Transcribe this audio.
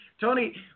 Tony